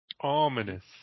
Ominous